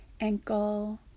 ankle